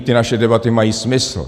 Ty naše debaty mají smysl.